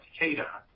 Takeda